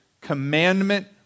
commandment